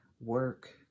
work